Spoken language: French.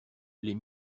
les